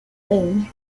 elaine